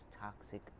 toxic